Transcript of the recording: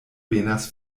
venas